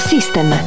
System